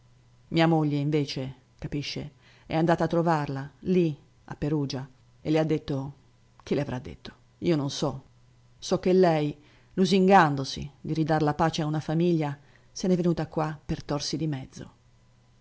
mia moglie invece capisce è andata a trovarla lì a perugia e le ha detto che le avrà detto io non so so che lei lusingandosi di ridar la pace a una famiglia se n'è venuta qua per torsi di mezzo